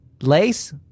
Lace